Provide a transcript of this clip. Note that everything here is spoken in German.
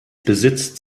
besitzt